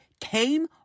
came